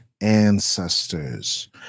ancestors